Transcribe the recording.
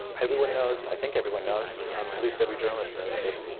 everyone knows i think everyone knows um at least every journalist knows that